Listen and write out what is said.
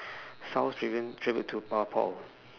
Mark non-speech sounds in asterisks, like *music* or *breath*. *breath* south pavillon tribute to pa~ paul